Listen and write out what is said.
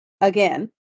again